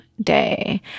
Day